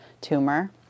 tumor